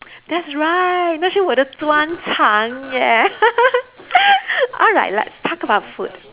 that's right 那是我的专场啊 alright let's talk about food